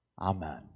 Amen